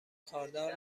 خاردار